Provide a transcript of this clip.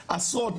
אנחנו עשרות,